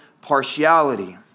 partiality